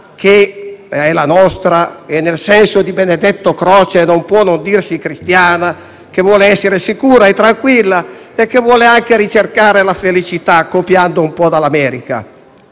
che è la nostra e che, nel senso di Benedetto Croce, non può non dirsi cristiana, che vuole essere sicura e tranquilla e vuole anche ricercare la felicità copiando un po' dall'America.